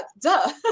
duh